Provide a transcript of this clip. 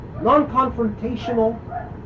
Non-confrontational